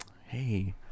hey